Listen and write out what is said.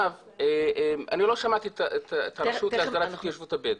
לא שמעתי את הרשות להתיישבות הבדואים.